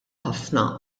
ħafna